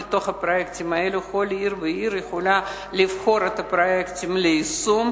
כל עיר ועיר יכולה לבחור מתוך הפרויקטים האלה את הפרויקטים ליישום.